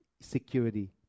security